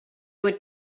would